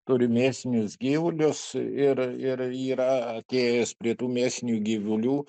turi mėsinius gyvulius ir ir yra atėjęs prie tų mėsinių gyvulių